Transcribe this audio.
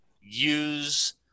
use